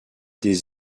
des